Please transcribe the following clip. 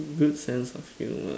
good sense of humour